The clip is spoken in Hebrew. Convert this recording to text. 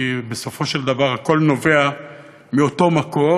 כי בסופו של דבר הכול נובע מאותו מקור,